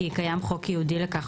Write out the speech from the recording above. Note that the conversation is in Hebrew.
כי קיים חוק ייעודי לכך,